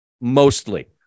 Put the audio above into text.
mostly